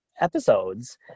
episodes